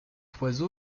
oiseau